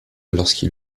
lorsqu’il